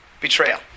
betrayal